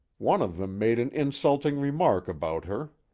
one of them made an insulting remark about her.